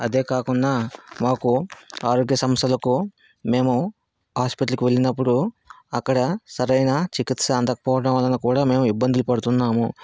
అదే కాకుండా మాకు ఆరోగ్య సమస్యలకు మేము ఆసుపత్రికి వెళ్ళినప్పుడు అక్కడ సరైన చికిత్స అందకపోవటం వలన మేము ఇబ్బందులు పడుతున్నాము